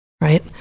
right